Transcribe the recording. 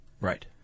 Right